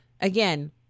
again